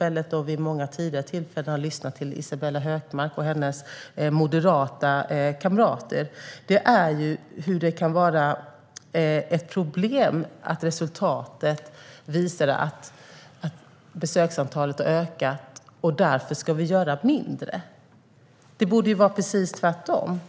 detta och många tidigare tillfällen har lyssnat till Isabella Hökmark och hennes moderata kamrater är hur det kan vara ett problem att resultatet visar att besöksantalet har ökat och att vi därför ska göra mindre. Det borde ju vara precis tvärtom.